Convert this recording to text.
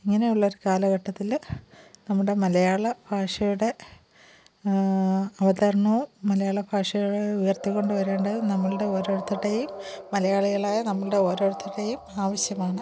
ഇങ്ങനെയുള്ളൊരു കാലഘട്ടത്തിൽ നമ്മുടെ മലയാളഭാഷയുടെ അവതരണവും മലയാളഭാഷയെ ഉയർത്തിക്കൊണ്ടുവരേണ്ടത് നമ്മളുടെ ഓരോരുത്തരുടെയും മലയാളികളായ നമ്മളുടെ ഓരോരുത്തരുടെയും ആവശ്യമാണ്